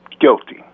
guilty